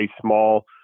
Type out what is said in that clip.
small